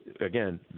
Again